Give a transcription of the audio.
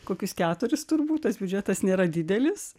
kokius keturis turbūt tas biudžetas nėra didelis